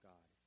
God